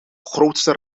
grootste